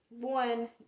one